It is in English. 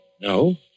No